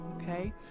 okay